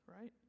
right